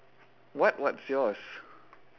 what what's yours